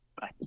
Bye